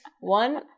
One